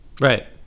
right